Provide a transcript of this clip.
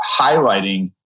highlighting